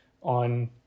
on